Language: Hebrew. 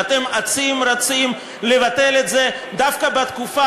ואתם אצים רצים לבטל את זה דווקא בתקופה